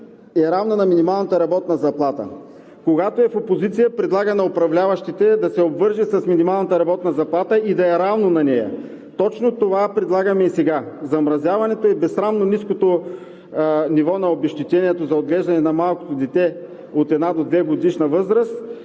е равно на минималната работна заплата. Когато е в опозиция, предлага на управляващите да се обвърже с минималната работна заплата и да е равно на нея. Точно това предлагаме и сега – замразяването и безсрамно ниското ниво на обезщетение за отглеждане на малко дете от една до двегодишна възраст